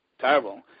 terrible